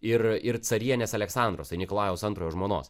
ir ir carienės aleksandros tai nikolajaus antrojo žmonos